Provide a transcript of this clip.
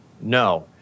No